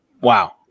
Wow